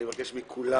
אני מבקש מכולם